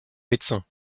médecins